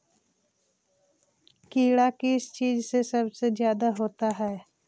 कीड़ा किस चीज से सबसे ज्यादा होता है?